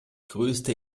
größte